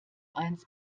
eins